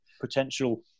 Potential